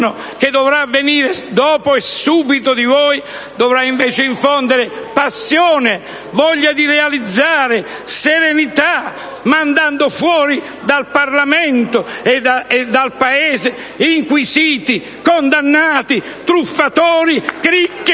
che dovrà venire subito dopo di voi, toccherà invece infondere passione, voglia di realizzare, serenità, mandando fuori dal Parlamento e dal Paese inquisiti, condannati, truffatori e cricche